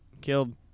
Killed